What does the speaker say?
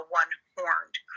one-horned